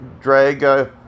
drag